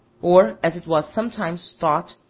or, as it was sometimes thought,